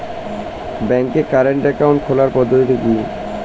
ব্যাংকে current account খোলার পদ্ধতি কি?